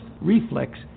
reflex